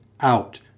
out